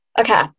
Okay